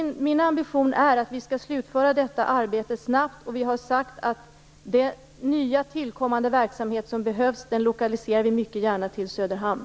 Min ambition är att vi skall slutföra detta arbete snabbt. Vi har sagt att vi mycket gärna lokaliserar den nya verksamhet som behövs till Söderhamn.